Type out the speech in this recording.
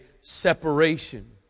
separation